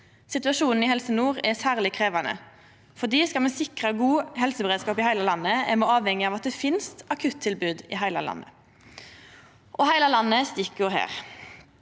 Situasjonen i Helse nord er særleg krevjande. For skal me sikra god helseberedskap i heile landet, er me avhengige av at det finst akuttilbod i heile landet. Heile landet er stikkord her.